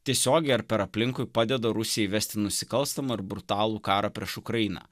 tiesiogiai ar per aplinkui padeda rusijai įvesti nusikalstamą ir brutalų karą prieš ukrainą